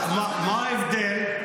--- מותר לייבא צעצועים אלא --- מה ההבדל?